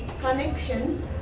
connection